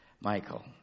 Michael